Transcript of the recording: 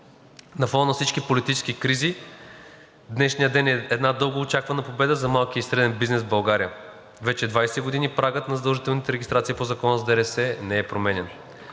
На фона на всички политически кризи днешният ден е една дългоочаквана победа за малкия и средния бизнес в България. Вече 20 години прагът на задължителните регистрации по Закона за ДДС не е променян.